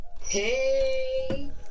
hey